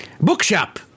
Bookshop